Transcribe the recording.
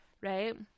right